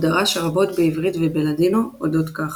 הוא דרש רבות בעברית ובלאדינו אודות כך.